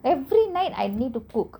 every night I need to cook